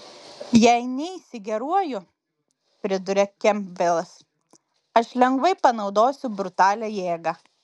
jei neisi geruoju priduria kempbelas aš lengvai panaudosiu brutalią jėgą